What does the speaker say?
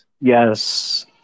yes